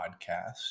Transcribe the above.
Podcast